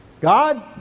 God